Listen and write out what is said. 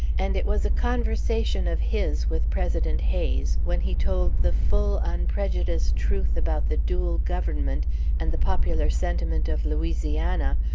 and it was a conversation of his with president hayes, when he told the full, unprejudiced truth about the dual government and the popular sentiment of louisiana,